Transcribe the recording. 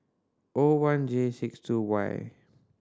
O one J six two Y